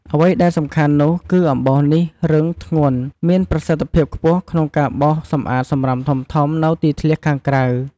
អ្វីដែលពិសេសនោះគឺ អំបោសនេះ រឹង ធ្ងន់ មានប្រសិទ្ធភាពខ្ពស់ក្នុងការបោសសម្អាតសំរាមធំៗនៅទីធ្លាខាងក្រៅ។